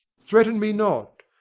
threaten me not.